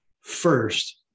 first